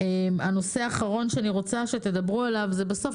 הנושא האחרון שאני רוצה שתדברו עליו זה שבסוף,